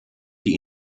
die